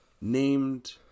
named